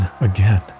again